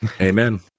Amen